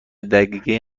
دقیقه